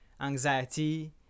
anxiety